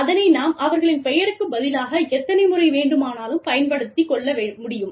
அதனை நாம் அவர்களின் பெயருக்கு பதிலாக எத்தனை முறை வேண்டுமானாலும் பயன்படுத்த கொள்ள முடியும்